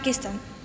Pakistan